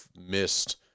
missed